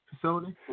facility